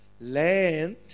land